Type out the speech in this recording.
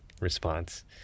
response